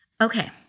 Okay